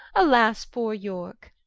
alas poore yorke,